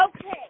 Okay